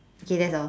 okay that's all